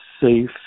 safe